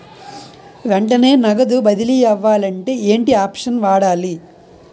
వెంటనే నగదు బదిలీ అవ్వాలంటే ఏంటి ఆప్షన్ వాడాలి?